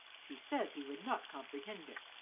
she says he would not comprehend it,